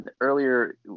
earlier